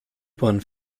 bahn